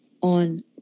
on